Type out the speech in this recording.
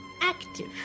active